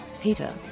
Peter